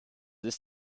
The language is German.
ist